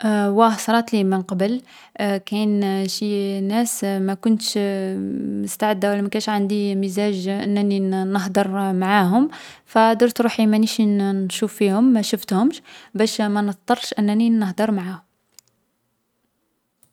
واه صراتلي من قبل. كاين شي ناس ما كنتش مـ مستعدة و لا ماكانش عندي المزاج أنني نهدر معاهم فدرت روحي مانيش نـ نشوف فيهم ما شفتهمش باش ما نضطرش أنني نهدر معاهم.